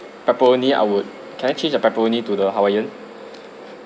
pepperoni I would can I change the pepperoni to the hawaiian